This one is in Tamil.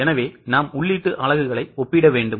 எனவே நாம் உள்ளீட்டு அலகுகளை ஒப்பிட வேண்டும்